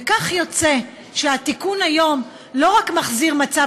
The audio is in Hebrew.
וכך יוצא שהתיקון היום לא רק מחזיר מצב